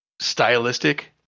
stylistic